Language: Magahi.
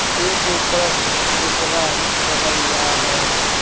एक एकड़ केकरा कहल जा हइ?